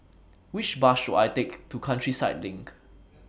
Which Bus should I Take to Countryside LINK